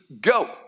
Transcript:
go